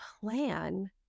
plan